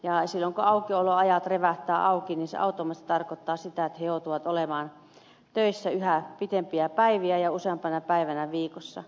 silloin kun aukioloajat revähtävät auki niin se automaattisesti tarkoittaa sitä että joudutaan olemaan töissä yhä pitempiä päiviä ja useampana päivänä viikossa